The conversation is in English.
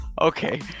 Okay